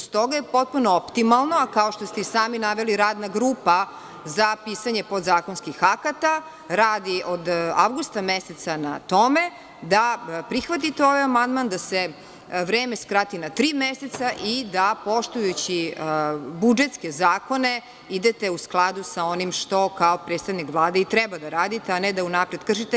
Stoga je potpuno optimalno, a kao što ste i sami naveli, radna grupa za pisanje podzakonskih akata radi od avgusta meseca na tome, da prihvatite ovaj amandman, da se vreme skrati na tri meseca i da, poštujući budžetske zakone, idete u skladu sa onim što kao predstavnik Vlade i treba da radite, a ne da unapred kršite.